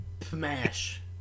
smash